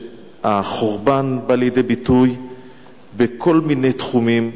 החורבן בא לידי ביטוי בכל מיני תחומים,